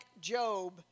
Job